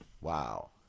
wow